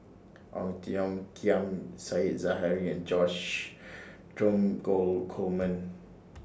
Ong Tiong Khiam Said Zahari and George Dromgold Coleman